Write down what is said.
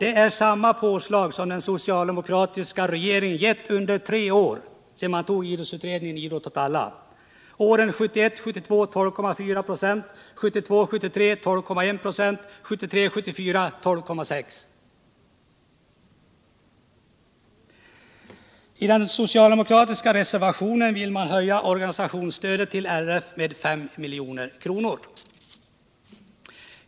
Det är samma påslag som den socialdemokratiska regeringen givit under tre år sedan förslagen med anledning av idrottsutredningens betänkande Idrott åt alla antagits, nämligen åren 1971 73 12,1 96 och 1973/74 12,6 96. Socialdemokraterna vill i sin reservation på denna punkt höja organisationsstödet till RF med 5 milj.kr.